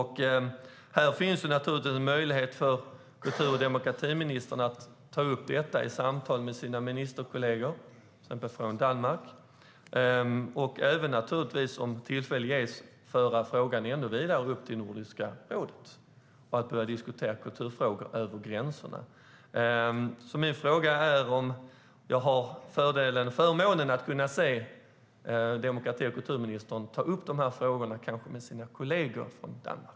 Här finns en möjlighet för kultur och demokratiministern att ta upp detta i samtal med sina ministerkolleger från till exempel Danmark och även, om tillfälle ges, föra frågan vidare upp till Nordiska rådet och därmed börja diskutera kulturfrågor över gränserna. Min fråga är: Kommer jag att få förmånen att se kultur och demokratiministern ta upp dessa frågor med sina kolleger från Danmark?